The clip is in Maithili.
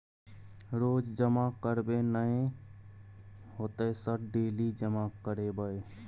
रोज जमा करबे नए होते सर डेली जमा करैबै?